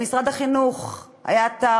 למשרד החינוך היה אתר,